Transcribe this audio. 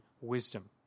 wisdom